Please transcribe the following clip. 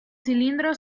cilindro